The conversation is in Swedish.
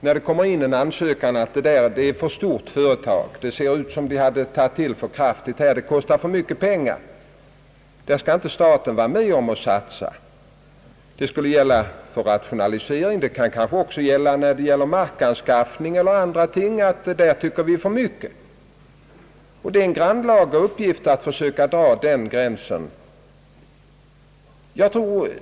När det kommer in en ansökan skulle man då kunna säga att det är fråga om ett för stort företag, som tagits till för kraftigt, så att det kommer att kosta för mycket. Därför skulle staten inte bidra till finansieringen. Detta kunde inträffa när det gäller t.ex. rationalisering eller markanskaffning. Det är en grannlaga uppgift att försöka dra en sådan gräns.